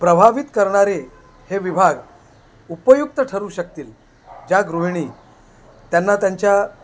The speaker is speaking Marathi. प्रभावित करणारे हे विभाग उपयुक्त ठरू शकतील ज्या गृहिणी त्यांना त्यांच्या